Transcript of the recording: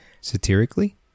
Satirically